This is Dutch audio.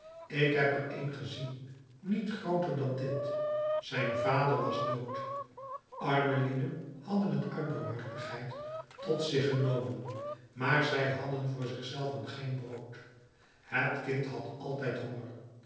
ik heb er een gezien niet grooter dan dit zijn vader was dood arme lieden hadden het uit barmhartigheid tot zich genomen maar zij hadden voor zich zelven geen brood het kind had altijd honger